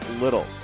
Little